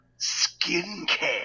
skincare